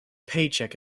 paycheck